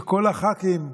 שכל הח"כים,